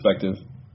perspective